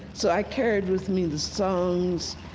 so i carried with me the songs.